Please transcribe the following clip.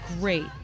great